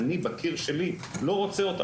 אני בקיר שלי לא רוצה אותה,